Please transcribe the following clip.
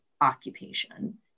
occupation